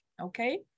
okay